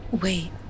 Wait